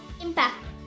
impact